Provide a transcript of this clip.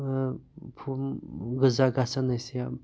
full غزہ گَژھان نصیب